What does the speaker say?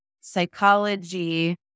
psychology